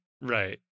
right